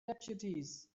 deputies